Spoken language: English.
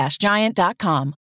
Giant.com